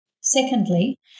Secondly